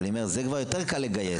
אבל אני אומר שזה כבר יותר קל לגייס,